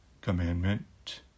commandment